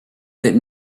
that